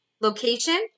location